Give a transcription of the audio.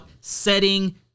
setting